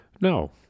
No